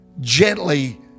gently